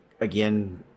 again